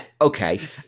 Okay